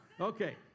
Okay